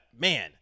man